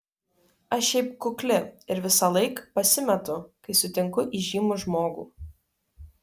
aš šiaip kukli ir visąlaik pasimetu kai sutinku įžymų žmogų